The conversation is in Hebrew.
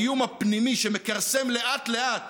האיום הפנימי שמכרסם לאט-לאט,